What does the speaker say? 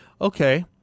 Okay